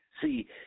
See